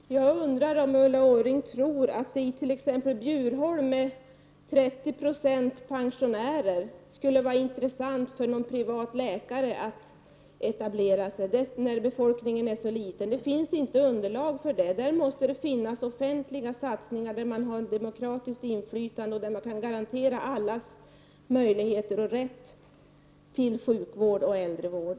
Herr talman! Jag undrar om Ulla Orring tror att det skulle vara intressant för någon privatläkare att etablera sig i t.ex. Bjurholm, där befolkningen är så liten och till 30 26 består av pensionärer. Där finns inte underlag för det, och därför måste det göras offentliga satsningar där man har ett demokratisk inflytande och där man kan garantera allas rätt och möjlighet till sjukvård och äldrevård.